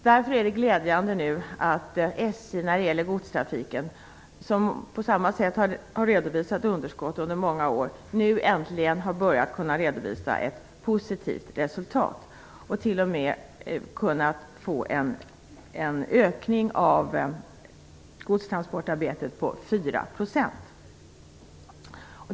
Därför är det glädjande att SJ, som har redovisat underskott under många, när det gäller godstrafiken nu äntligen har kunnat börja redovisa ett positivt resultat och t.o.m. en ökning av godstransportarbetet på 4 %.